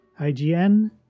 IGN